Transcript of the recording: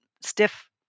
stiff